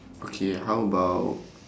okay how about